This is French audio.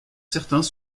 certains